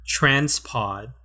TransPod